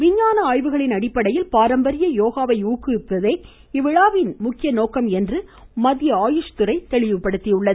விஞ்ஞான ஆய்வுகளின் அடிப்படையில் பாரம்பரிய யோகாவை ஊக்குவிப்பதே இவ்விழாவின் நோக்கம் என மத்திய ஆயுஷ் துறை தெரிவித்துள்ளது